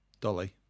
Dolly